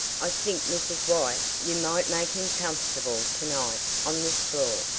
i think, mrs. white, you might make him comfortable to-night on this floor.